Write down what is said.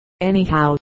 Anyhow